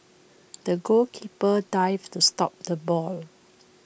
the goalkeeper dived to stop the ball